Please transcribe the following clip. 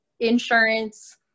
insurance